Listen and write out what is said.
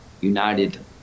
united